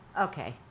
Okay